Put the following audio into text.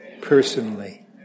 personally